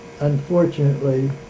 unfortunately